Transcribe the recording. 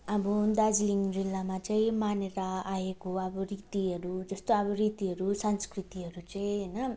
अब दार्जिलिङ जिल्लामा चाहिँ मानेर आएको अब रीतिहरू जस्तो अब रीतिहरू संस्कृतिहरू चाहिँ होइन